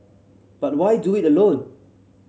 but why do it alone